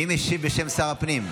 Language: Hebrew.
מי משיב בשם שר הפנים?